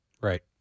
Right